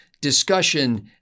discussion